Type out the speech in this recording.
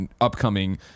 Upcoming